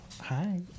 Hi